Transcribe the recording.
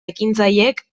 ekintzailek